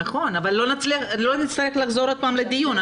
כן, אבל לא נצטרך לחזור עוד פעם לדיון.